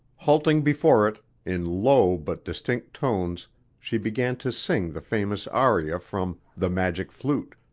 halting before it, in low but distinct tones she began to sing the famous aria from the magic flute.